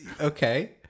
Okay